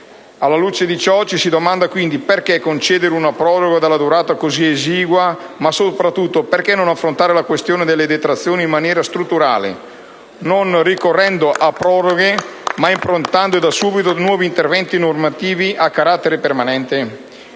Alla luce di ciò, ci si domanda quindi perché concedere una proroga dalla durata così esigua, ma soprattutto perché non affrontare la questione delle detrazioni in maniera strutturale, non ricorrendo a proroghe, ma improntando - e da subito - nuovi interventi normativi a carattere permanente.